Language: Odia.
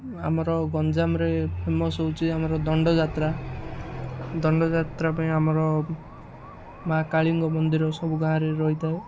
ଆମର ଗଞ୍ଜାମରେ ଫେମସ୍ ହେଉଛି ଆମର ଦଣ୍ଡ ଯାତ୍ରା ଦଣ୍ଡଯାତ୍ରା ପାଇଁ ଆମର ମା' କାଳୀଙ୍କ ମନ୍ଦିର ସବୁ ଗାଁରେ ରହିଥାଏ